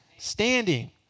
Standing